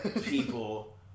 people